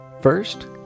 First